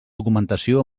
documentació